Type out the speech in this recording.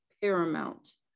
paramount